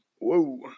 Whoa